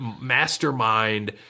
mastermind